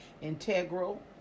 integral